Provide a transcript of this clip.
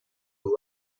wind